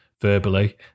verbally